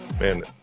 Man